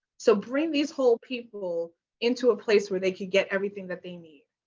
so bring these whole people into a place where they can get everything that they need.